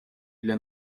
для